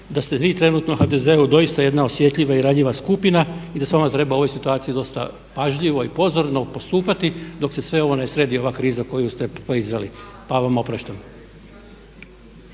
da ste vi trenutno u HDZ, doista jedna osjetljiva i ranjiva skupina i da s vama treba u ovoj situaciji dosta pažljivo i pozorno postupati dok se sve ovo ne sredi ova kriza koju ste proizveli pa vam opraštam.